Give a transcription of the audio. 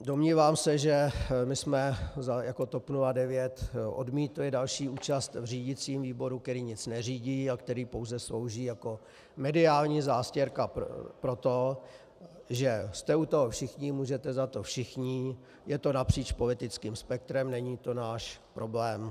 Domnívám se, že jsme jako TOP 09 odmítli další účast v řídicím výboru, který nic neřídí a který pouze slouží jako mediální zástěrka pro to, že jste u toho všichni, můžete za to všichni, je to napříč politickým spektrem, není to náš problém.